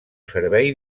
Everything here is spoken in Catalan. servei